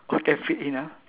all can fit in ah